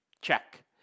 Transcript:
Check